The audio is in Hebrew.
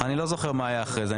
אני לא זוכר מה היה אחרי זה.